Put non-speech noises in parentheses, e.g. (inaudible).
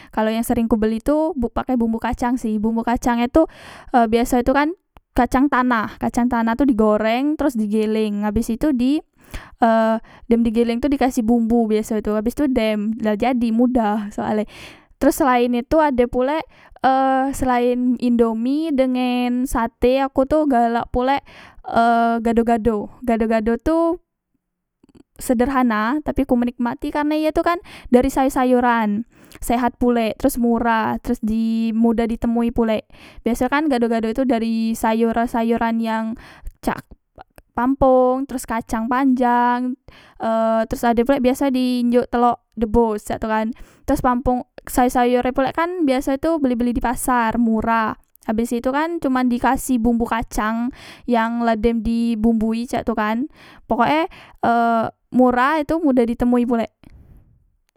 Kalo yang sereng ku beli tu buk pakai bumbu kacang sih bumbu kacang e tu (hesitation) biasoe tu kan kacang tanah kacang tanah tu digoreng teros di geleng abes itu di e dem di geleng tu dikasih bumbu biasoe tu abes tu dem jadi mudah soale (hesitation) terus selaen itu ade pulek e selaen indomie dengen sate aku tu galak pulek e gado gado gado gado tu sederhana tapi ku menikmati karne ye tu kan dari sayor sayoran sehat pulek terus murah terus di (hesitation) mudah di temui pulek biasoe kan gado gado itu dari sayoran sayoran yang cak (unintelligible) pampong terus kacang panjang e teros ade pulek dinjok telok debos cak tu kan teros pampong sayor sayor e pulek kan biaso e tu beli beli di pasar murah abes itu kan cuman dikasih bumbu kacang yang la dem di bumbu wi cak tu kan pokok e murah itu mudah di temui pulek (hesitation)